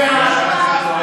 תתביישו לכם.